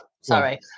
sorry